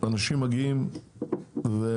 אנשים מגיעים והם,